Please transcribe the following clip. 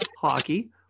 hockey